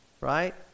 right